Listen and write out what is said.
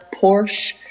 Porsche